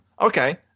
Okay